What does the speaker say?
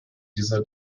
dieser